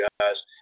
guys